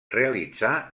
realitzà